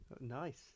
Nice